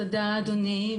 תודה, אדוני.